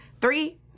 Three